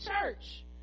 church